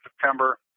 September